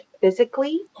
physically